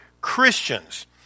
Christians